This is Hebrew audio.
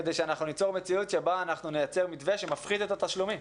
כדי שאנחנו ניצור מציאות שבה נייצר מבנה שמפחית את התשלומים.